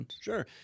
sure